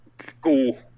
school